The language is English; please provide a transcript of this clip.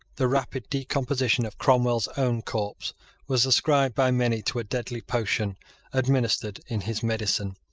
the rapid decomposition of cromwell's own corpse was ascribed by many to a deadly potion administered in his medicine.